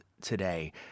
today